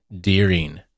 Deering